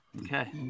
Okay